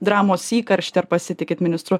dramos įkarštį ar pasitikit ministru